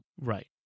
Right